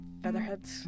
featherheads